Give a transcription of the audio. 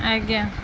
ଆଜ୍ଞା